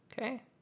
Okay